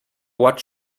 what